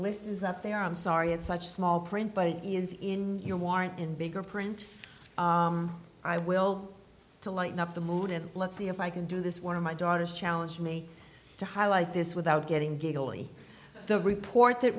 list is that they are i'm sorry it's such small print but it is in your warrant in bigger print i will to lighten up the mood and let's see if i can do this one of my daughters challenge me to highlight this without getting giggly the report that